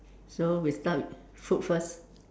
so we start with food first